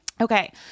Okay